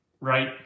right